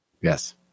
Yes